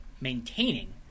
maintaining